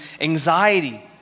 anxiety